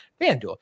FanDuel